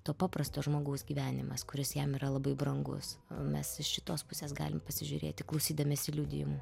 to paprasto žmogaus gyvenimas kuris jam yra labai brangus mes iš šitos pusės galim pasižiūrėti klausydamiesi liudijimų